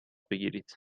بگیرید